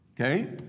okay